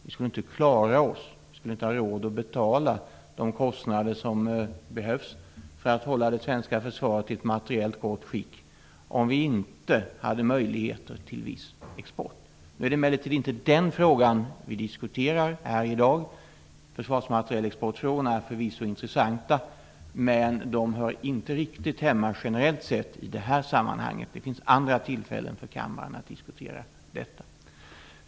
Vi skulle inte klara oss, och vi skulle inte ha råd att betala de kostnader som behövs för att hålla det svenska försvaret i ett materiellt gott skick om vi inte hade möjligheter till viss export. Nu är det emellertid inte den frågan vi diskuterar här i dag. Försvarsmaterielexportfrågorna är förvisso intressanta men de hör generellt sett inte riktigt hemma i det här sammanhanget. Det finns andra tillfällen för kammaren att diskutera detta.